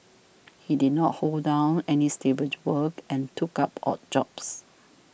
he did not hold down any stable work and took up odd jobs